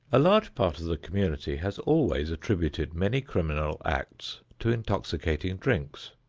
a large part of the community has always attributed many criminal acts to intoxicating drinks.